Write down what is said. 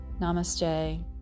Namaste